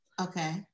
Okay